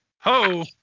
Ho